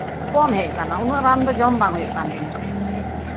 ᱠᱚᱢ ᱦᱮᱡ ᱠᱟᱱᱟ ᱩᱱᱟᱹᱜ ᱨᱟᱱ ᱫᱚ ᱡᱚᱢ ᱵᱟᱝ ᱦᱩᱭᱩᱜᱠᱟᱱ ᱛᱤᱧᱟᱹ